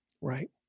Right